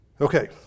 Okay